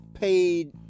paid